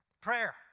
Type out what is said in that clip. Prayer